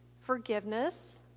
forgiveness